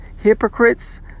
hypocrites